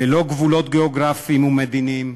ללא גבולות גיאוגרפיים ומדיניים,